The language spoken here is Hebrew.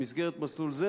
במסגרת מסלול זה,